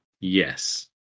Yes